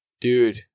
Dude